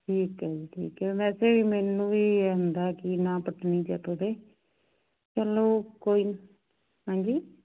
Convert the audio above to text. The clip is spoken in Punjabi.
ਠੀਕ ਹੈ ਜੀ ਠੀਕ ਹੈ ਵੈਸੇ ਮੈਨੂੰ ਵੀ ਇਹ ਹੁੰਦਾ ਕਿ ਨਾ ਪੱਟਣੀ ਪੈ ਪਵੇ ਚਲੋ ਕੋਈ ਹਾਂਜੀ